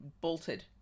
bolted